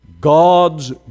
God's